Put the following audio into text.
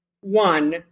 one